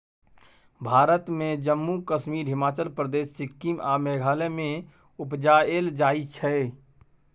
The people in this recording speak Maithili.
भारत मे जम्मु कश्मीर, हिमाचल प्रदेश, सिक्किम आ मेघालय मे उपजाएल जाइ छै